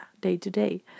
day-to-day